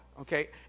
okay